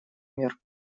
мер